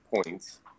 points